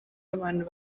y’abantu